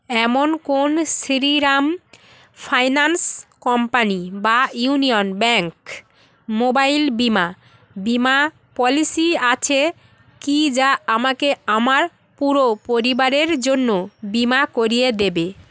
এমন কোন Shriram finance company বা ইউনিয়ন ব্যাঙ্ক মোবাইল বিমা বিমা পলিসি আছে কি যা আমাকে আমার পুরো পরিবারের জন্য বিমা করিয়ে দেবে